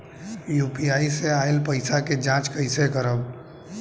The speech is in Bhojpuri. यू.पी.आई से आइल पईसा के जाँच कइसे करब?